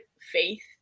faith